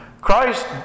Christ